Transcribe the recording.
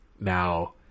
Now